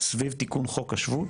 סביב תיקון חוק השבות,